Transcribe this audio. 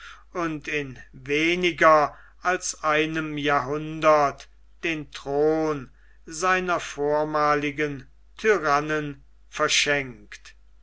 und in weniger als einem jahrhundert den thron seiner vormaligen tyrannen verschenkt